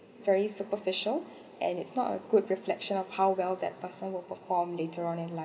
very superficial and it's not a good reflection of how well that person will perform later on in life